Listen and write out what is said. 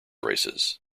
races